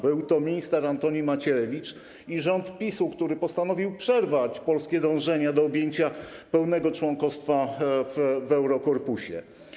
Byli to minister Antoni Macierewicz i rząd PiS, którzy postanowili przerwać polskie dążenia do objęcia pełnego członkostwa w Eurokorpusie.